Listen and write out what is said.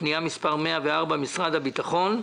פנייה מס' 104 משרד הביטחון.